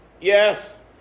Yes